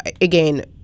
again